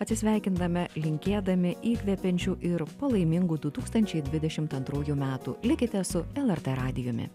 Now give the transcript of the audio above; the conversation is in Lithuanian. atsisveikindame linkėdami įkvepiančių ir palaimingų du tūkstančiai dvidešimt antrųjų metų likite su lrt radijumi